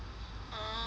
ah